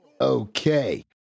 Okay